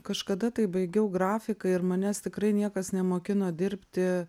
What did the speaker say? kažkada tai baigiau grafiką ir manęs tikrai niekas nemokino dirbti